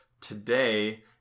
today